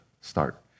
start